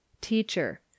Teacher